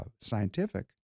Scientific